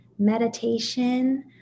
Meditation